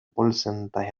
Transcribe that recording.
porcentaje